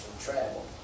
travel